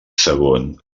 segon